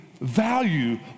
value